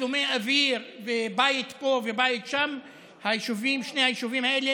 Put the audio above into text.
ותצלומי אוויר ובית פה ובית שם, שני היישובים האלה